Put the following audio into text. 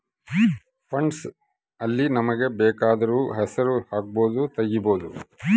funds ಅಲ್ಲಿ ನಮಗ ಬೆಕಾದೊರ್ ಹೆಸರು ಹಕ್ಬೊದು ತೆಗಿಬೊದು